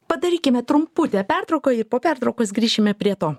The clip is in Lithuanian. padarykime trumputę pertrauką ir po pertraukos grįšime prie to